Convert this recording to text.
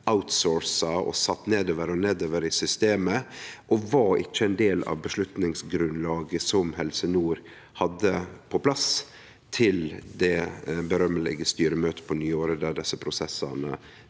outsourca og sett nedover og nedover i systemet og var ikkje ein del av avgjerdsgrunnlaget Helse nord hadde på plass til det mykje omtala styremøtet på nyåret, der desse prosessane